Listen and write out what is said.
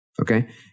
okay